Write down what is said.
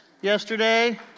yesterday